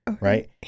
Right